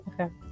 okay